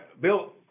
Bill